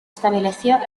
estableció